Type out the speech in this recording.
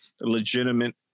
legitimate